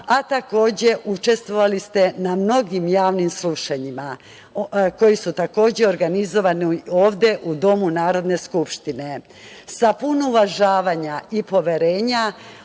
a takođe učestvovali ste na mnogim javnim slušanjima koja su takođe organizovana u ovde u domu Narodne skupštine. Sa puno uvažavanja i poverenja